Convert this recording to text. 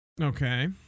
okay